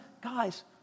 Guys